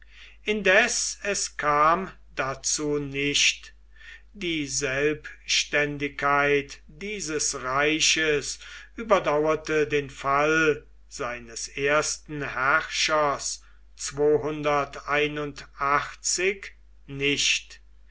indes es kam dazu nicht die selbständigkeit dieses reiches überdauerte den fall seines ersten herrschers nicht